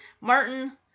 Martin